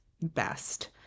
best